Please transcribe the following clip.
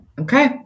Okay